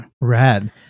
rad